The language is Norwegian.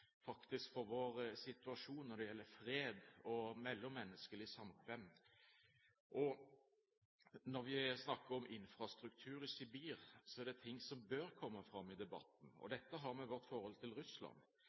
for vår situasjon når det gjelder fred og mellommenneskelig samkvem. Når vi snakker om infrastruktur i Sibir, er det ting som bør komme fram i debatten.